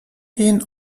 den